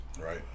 Right